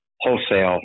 wholesale